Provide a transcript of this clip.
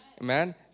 amen